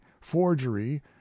forgery